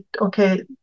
okay